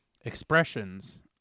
expressions